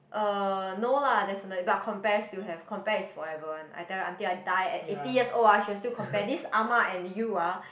uh no lah definitely but compare still have compare is forever one I tell you until I die at eighty years old ah she will still compare this ah-ma and you ah